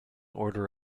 order